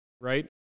right